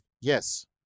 yes